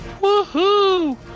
Woohoo